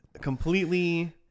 completely